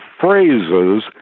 phrases